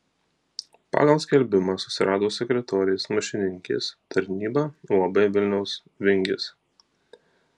pagal skelbimą susirado sekretorės mašininkės tarnybą uab vilniaus vingis